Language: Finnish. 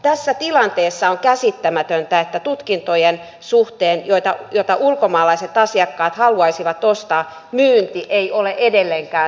tässä tilanteessa on käsittämätöntä että tutkintojen suhteen joita ulkomaalaiset asiakkaat haluaisivat ostaa myynti ei ole edelleenkään sallittua